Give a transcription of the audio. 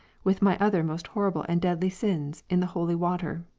with my other most horrible and deadly sins, in the holy water?